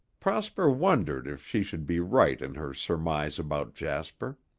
prosper wondered if she could be right in her surmise about jasper.